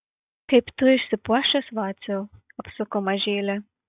kaip tu išsipuošęs vaciau apsuko mažylį